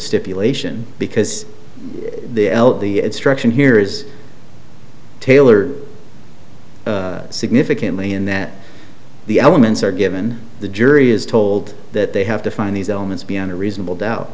stipulation because the instruction here is tailor significantly in that the elements are given the jury is told that they have to find these elements beyond a reasonable doubt